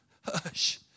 Hush